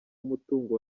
umutungo